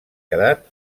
quedat